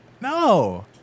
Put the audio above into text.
No